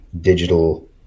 digital